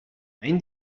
hain